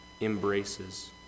Embraces